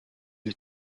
les